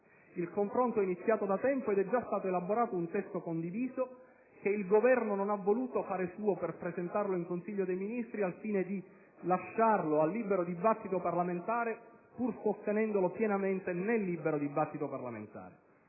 Il confronto è iniziato da tempo ed è già stato elaborato un testo condiviso, che il Governo non ha voluto fare suo e presentarlo in Consiglio dei ministri al fine di lasciarlo al libero dibattito parlamentare, pur sostenendolo pienamente. Alcuni aspetti di tale